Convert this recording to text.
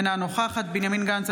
אינה נוכחת בנימין גנץ,